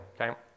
okay